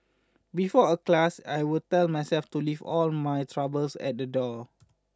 before a class I will tell myself to leave all my troubles at the door